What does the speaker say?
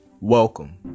welcome